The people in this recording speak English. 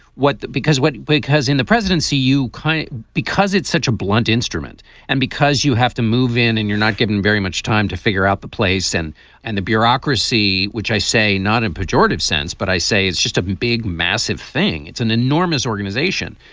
what? because what? because in the presidency, you can't kind of because it's such a blunt instrument and because you have to move in and you're not giving very much time to figure out the place and and the bureaucracy, which i say not in pejorative sense, but i say it's just a big, massive thing. it's an enormous organization.